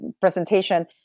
presentation